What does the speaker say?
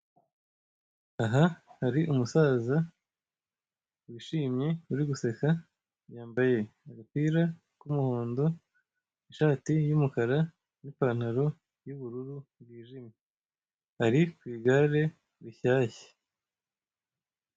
Aha hari umusaza wishimye uri guseka, yambaye agapira k'umuhondo ishati y'umukara, n'ipantaro y'ubururu bwijimye ari ku igare rishyashya.